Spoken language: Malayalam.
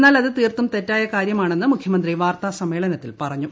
എന്നാൽ അത് തീർത്തും തെറ്റായ കാര്യമാണെന്ന് മുഖ്യമന്ത്രി വാർത്താ സമ്മേളനത്തിൽ പറഞ്ഞു